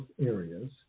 areas